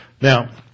Now